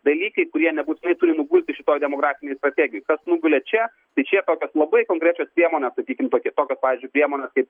dalykai kurie nebūtinai turi nugulti šitoj demografinėj strategijoj kas nugulė čia tai čia tokios labai konkrečios priemonės sakykim tokios pavyzdžiui priemonės kaip